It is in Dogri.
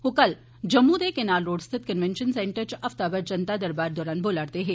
ओह् कल जम्मू दे कनाल रोड़ स्थित कन्वैंशन सेंटर च हफ्तावार जनता दरबार दौरान बोला'रदे हे